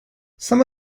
some